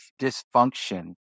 dysfunction